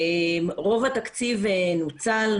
רוב התקציב נוצל,